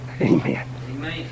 amen